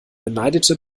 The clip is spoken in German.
beneidete